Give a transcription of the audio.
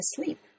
asleep